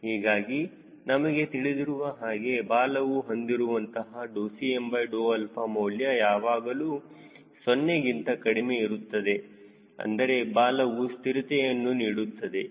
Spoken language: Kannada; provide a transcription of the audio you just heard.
ಹೀಗಾಗಿ ನಮಗೆ ತಿಳಿದಿರುವ ಹಾಗೆ ಬಾಲವು ಹೊಂದಿರುವಂತಹ Cm ಮೌಲ್ಯ ಯಾವಾಗಲೂ 0ಗಿಂತ ಕಡಿಮೆ ಇರು ಇರುತ್ತದೆ ಅಂದರೆ ಬಾಲವು ಸ್ಥಿರತೆಯನ್ನು ನೀಡುತ್ತದೆ